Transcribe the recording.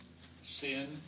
Sin